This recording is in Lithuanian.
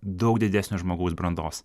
daug didesnio žmogaus brandos